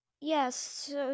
Yes